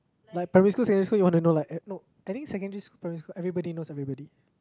like primary school secondary school you want to know like eh no I think secondary school primary school everybody knows everybody